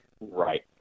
Right